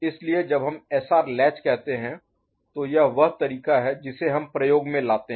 इसलिए जब हम एसआर लैच कहते हैं तो यह वह तरीका है जिसे हम प्रयोग में लाते हैं